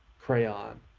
crayon